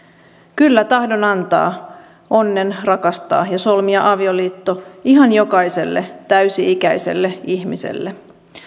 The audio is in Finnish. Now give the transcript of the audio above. kyllä tahdon antaa onnen rakastaa ja solmia avioliitto ihan jokaiselle täysi ikäiselle ihmiselle